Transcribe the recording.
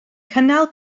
cynnal